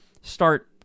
start